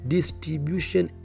Distribution